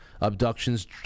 Abductions